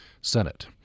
Senate